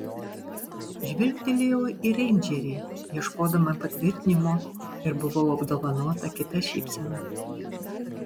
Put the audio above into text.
žvilgtelėjau į reindžerį ieškodama patvirtinimo ir buvau apdovanota kita šypsena